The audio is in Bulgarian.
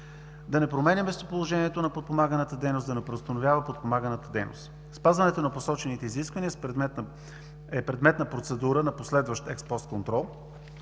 да не променя местоположението на подпомаганата дейност; да не преустановява подпомаганата дейност. Спазването на посочените изисквания е предмет на процедура на последващ експост контрол,